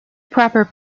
proper